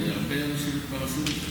כי הרבה אנשים כבר עשו את זה.